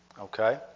Okay